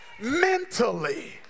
mentally